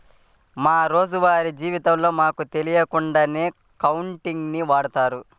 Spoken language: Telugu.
మా రోజువారీ జీవితంలో మనకు తెలియకుండానే అకౌంటింగ్ ని వాడతాం